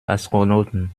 astronauten